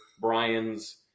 Brian's